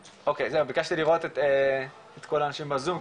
ביקשתי לראות את כל האנשים בזום,